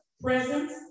presence